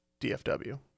DFW